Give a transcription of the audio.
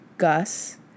Gus